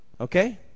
Okay